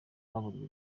baburiwe